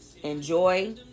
enjoy